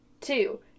two